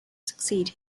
succeed